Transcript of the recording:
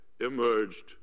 emerged